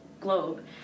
globe